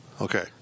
Okay